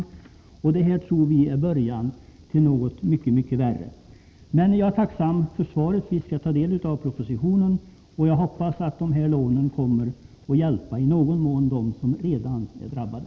Vi tror att detta fall bara är början på en mycket besvärlig utveckling. Jag är dock tacksam för svaret på min fråga. Vi skall studera propositionen, och jag hoppas att de aviserade lånen i någon mån kommer att hjälpa dem som redan är drabbade.